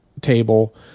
table